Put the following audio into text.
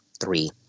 three